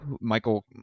Michael